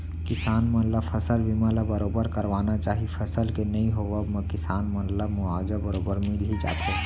किसान मन ल फसल बीमा ल बरोबर करवाना चाही फसल के नइ होवब म किसान मन ला मुवाजा बरोबर मिल ही जाथे